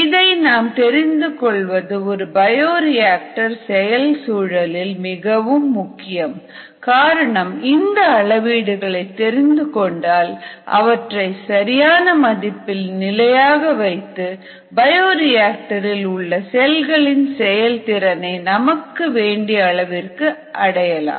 இதை நாம் தெரிந்து கொள்வது ஒரு பயோரியாக்டர் செயல் சூழலில் மிகவும் முக்கியம் காரணம் இந்த அளவீடுகளை தெரிந்துகொண்டால் அவற்றை சரியான மதிப்பில் நிலையாக வைத்து பயோரியாக்டர் இல் உள்ள செல்களின் செயல்திறனை நமக்கு வேண்டிய அளவிற்கு அடையலாம்